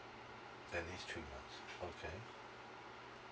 at least three months okay